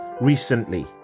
recently